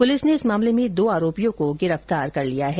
police ने इस मामले में दो आरोपियों को गिरफ्तार कर लिया है